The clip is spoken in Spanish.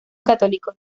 católicos